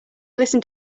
listen